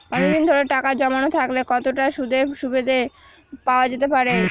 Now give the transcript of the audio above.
অনেকদিন ধরে টাকা জমানো থাকলে কতটা সুদের সুবিধে পাওয়া যেতে পারে?